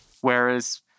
Whereas